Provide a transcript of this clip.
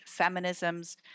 feminisms